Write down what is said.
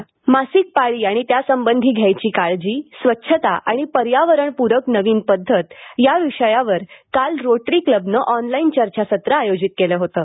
मासिक पाळी चर्चासत्र मासिक पाळी आणि त्यासंबंधी घ्यायची काळजी स्वच्छता आणि पर्यावरणपूरक नवीन पद्धती या विषयावर काल रोटरी क्लबनं ऑनलाईन चर्चासत्र आयोजित केलं होतं